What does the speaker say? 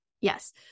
Yes